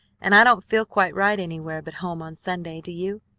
and i don't feel quite right anywhere but home on sunday, do you?